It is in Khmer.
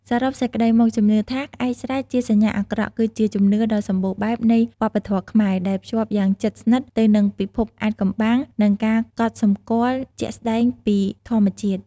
សរុបសេចក្តីមកជំនឿថា ក្អែកស្រែកជាសញ្ញាអាក្រក់ គឺជាជំនឿដ៏សម្បូរបែបនៃវប្បធម៌ខ្មែរ ដែលភ្ជាប់យ៉ាងជិតស្និទ្ធទៅនឹងពិភពអាថ៌កំបាំងនិងការកត់សំគាល់ជាក់ស្តែងពីធម្មជាតិ។